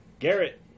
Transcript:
Garrett